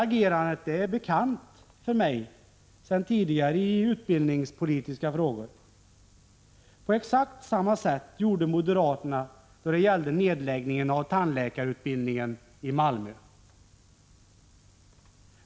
Agerandet är för mig bekant sedan tidigare i utbildningspolitiska frågor. På exakt samma sätt gjorde moderaterna då det gällde nedläggningen av tandläkarutbildningen i Malmö.